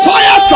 Fire